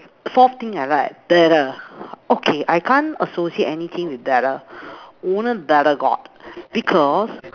forth thing I like bitter okay I can't associate anything with bitter only bitter gourd because